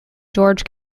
george